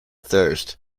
thirst